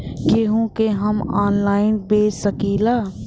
गेहूँ के हम ऑनलाइन बेंच सकी ला?